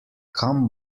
kam